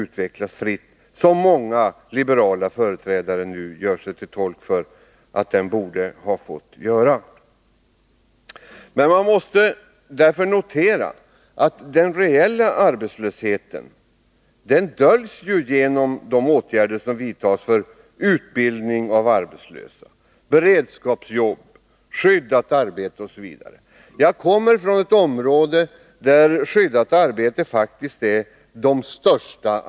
Det gäller trots att många liberala företrädare nu gör sig till tolk för att marknadsekonomin borde ha fått utvecklas fritt. Man måste notera att den reella arbetslösheten döljs genom AMS utbildning, beredskapsjobb, skyddat arbete osv. Jag kommer från ett område där arbetsplatserna med skyddat arbete faktiskt är störst.